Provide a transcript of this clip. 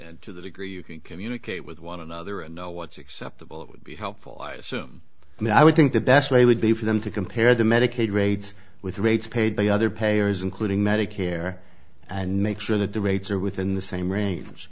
and to the degree you can communicate with one another and know what's acceptable it would be helpful i assume and i would think that best way would be for them to compare the medicaid rates with rates paid by other payers including medicare and make sure that the rates are within the same rang